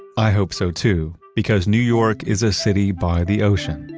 i hope so too because new york is a city by the ocean.